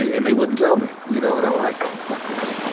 they, and they wouldn't tell me, you know. and i'm like, fuck this,